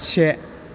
से